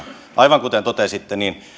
aivan kuten totesitte